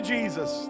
Jesus